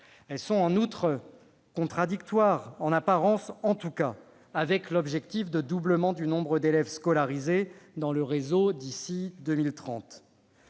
Elles sont en outre contradictoires, en apparence en tout cas, avec l'objectif de doublement du nombre d'élèves scolarisés dans le réseau d'ici à 2030.